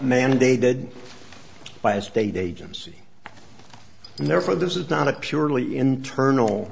mandated by a state agency and therefore this is not a purely internal